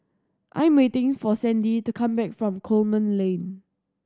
I am waiting for Sandie to come back from Coleman Lane